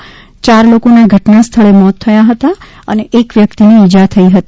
જેમાં ચાર લોકોના ધટના સ્થળે મોત થયા હતા અને એક વ્યકિતને ઈજા થઈ હતી